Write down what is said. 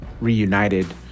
reunited